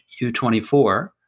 U24